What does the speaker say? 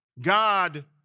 God